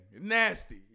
nasty